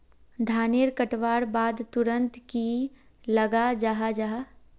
धानेर कटवार बाद तुरंत की लगा जाहा जाहा?